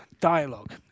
dialogue